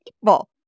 people